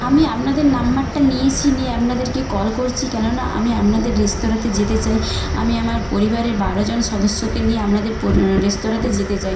আমি আপনাদের নম্বরটা নিয়েছি নিয়ে আপনাদেরকে কল করছি কেননা আমি আপনাদের রেস্তরাঁতে যেতে চাই আমি আমার পরিবারে বারো জন সদস্যকে নিয়ে আপনাদের রেস্তরাঁতে যেতে চাই